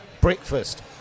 Breakfast